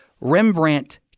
Rembrandt